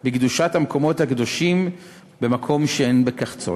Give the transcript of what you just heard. בקדושת המקומות הקדושים במקום שאין בכך צורך.